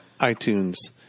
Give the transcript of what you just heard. iTunes